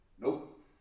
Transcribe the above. Nope